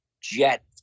jet